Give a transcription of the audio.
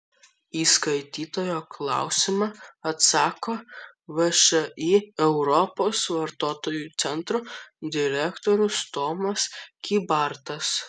į skaitytojo klausimą atsako všį europos vartotojų centro direktorius tomas kybartas